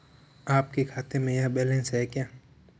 आपके खाते में यह बैलेंस है क्या?